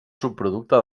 subproducte